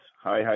Hi